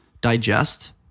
digest